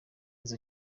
izo